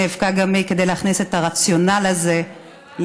גם היא נאבקה כדי להכניס את הרציונל הזה לתוך,